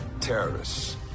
Terrorists